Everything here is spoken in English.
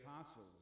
Apostles